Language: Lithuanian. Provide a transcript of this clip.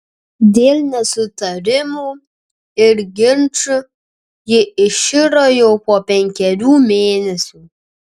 dėl nesutarimų ir ginčų ji iširo jau po penkerių mėnesių